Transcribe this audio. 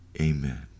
Amen